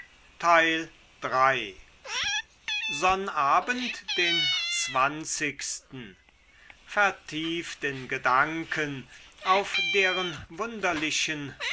den vertieft in gedanken auf deren wunderlichen